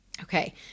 Okay